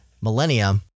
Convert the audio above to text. millennium